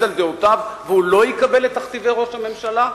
על דעותיו והוא לא יקבל את תכתיבי ראש הממשלה?